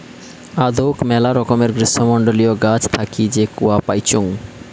আদৌক মেলা রকমের গ্রীষ্মমন্ডলীয় গাছ থাকি যে কূয়া পাইচুঙ